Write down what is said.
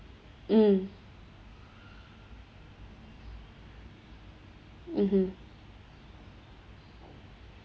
mm mmhmm